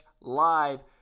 live